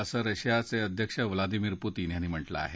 असं रशियाचे अध्यक्ष व्लादिमीर पुतिन यांनी म्हटलं आहे